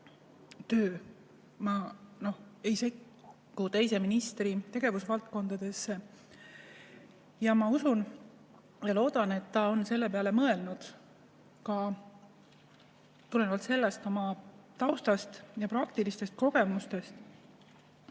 töö. Ma ei sekku teise ministri tegevusvaldkondadesse. Ma usun ja loodan, et ta on selle peale mõelnud ka tulenevalt oma taustast ja praktilistest kogemustest.